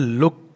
look